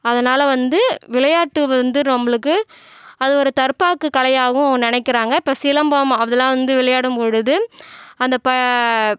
அதனால் வந்து விளையாட்டு வந்து நம்மளுக்கு அது ஒரு தற்பாக்கு கலையாகவும் நினைக்கிறாங்க இப்போ சிலம்பம் அதலாம் வந்து விளையாடும் பொழுது அந்த ப